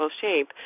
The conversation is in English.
shape